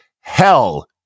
hell